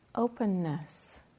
Openness